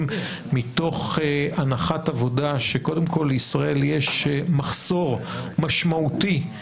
מתוך הנחת עבודה שקודם כל לישראל יש מחסור משמעותי